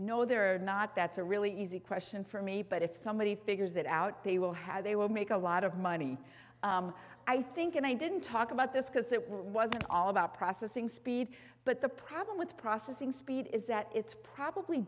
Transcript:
are not that's a really easy question for me but if somebody figures that out they will have they will make a lot of money i think and i didn't talk about this because it wasn't all about processing speed but the problem with processing speed is that it's probably